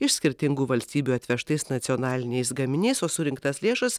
iš skirtingų valstybių atvežtais nacionaliniais gaminiais o surinktas lėšas